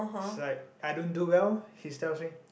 is like I don't do well he's tells me